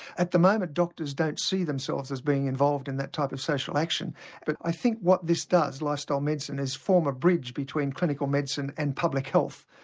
at the moment doctors don't see themselves as being involved in that type of social action but i think what this does, lifestyle medicine, is form a bridge between clinical medicine and public health.